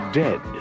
dead